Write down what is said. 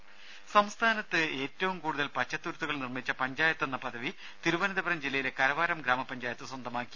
രേര സംസ്ഥാനത്ത് ഏറ്റവും കൂടുതൽ പച്ചത്തുരുത്തുകൾ നിർമ്മിച്ച പഞ്ചായത്തെന്ന പദവി തിരുവനന്തപുരം ജില്ലയിലെ കരവാരം ഗ്രാമപഞ്ചായത്ത് സ്വന്തമാക്കി